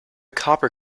copper